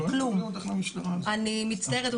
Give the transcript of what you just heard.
אני מצטערת.